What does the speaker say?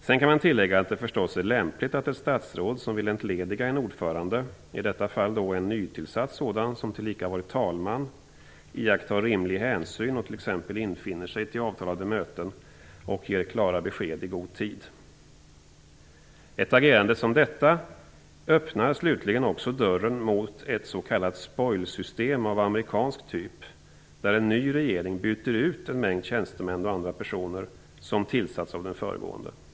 Sedan kan man tillägga att det förstås är lämpligt att ett statsråd som vill entlediga en ordförande, i detta fall en nytillsatt sådan som tillika varit talman, iakttar rimlig hänsyn och t.ex. infinner sig till avtalade möten och ger klara besked i god tid. Ett agerande som detta öppnar slutligen också dörren för ett s.k. spoilsystem av amerikansk typ, där en ny regering byter ut en mängd tjänstemän och andra personer som tillsatts av den föregående regeringen.